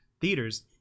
theaters